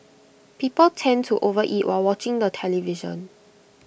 people tend to overeat while watching the television